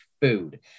food